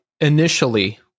initially